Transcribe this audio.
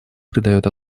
придает